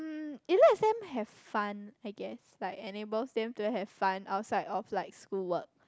it lets them have fun I guess like enables them to have fun outside of like school work